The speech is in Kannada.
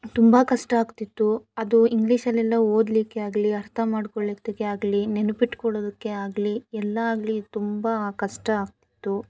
ತುಂಬ ಕಷ್ಟ ಆಗ್ತಿತ್ತು ಅದು ಇಂಗ್ಲೀಷಲ್ಲೆಲ್ಲ ಓದಲಿಕ್ಕೆ ಆಗಲಿ ಅರ್ಥ ಮಾಡ್ಕೊಳ್ಳಿಕ್ಕೆ ಆಗಲಿ ನೆನಪಿಟ್ಟುಕೊಳ್ಳುದಕ್ಕೆ ಆಗಲಿ ಎಲ್ಲ ಆಗಲಿ ತುಂಬ ಕಷ್ಟ ಆಗ್ತಿತ್ತು